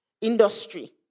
industry